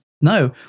No